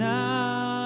now